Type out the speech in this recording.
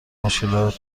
مشکلت